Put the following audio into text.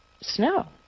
snow